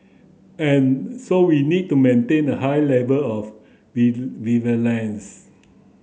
and so we need to maintain a high level of vigilance